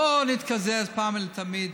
בואו ונתקזז פעם ולתמיד.